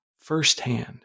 firsthand